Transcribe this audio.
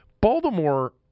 Baltimore